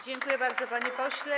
Dziękuję bardzo, panie pośle.